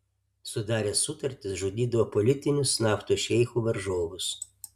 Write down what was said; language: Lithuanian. sudaręs sutartis žudydavo politinius naftos šeichų varžovus